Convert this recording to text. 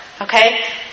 Okay